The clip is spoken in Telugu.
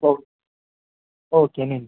ఓ ఓకే అండి